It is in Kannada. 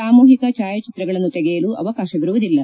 ಸಾಮೂಹಿಕ ಭಾಯಾಚಿತ್ರಗಳನ್ನು ತೆಗೆಯಲು ಅವಕಾಶವಿರುವುದಿಲ್ಲ